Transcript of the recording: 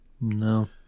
no